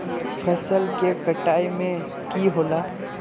फसल के कटाई में की होला?